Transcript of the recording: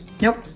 nope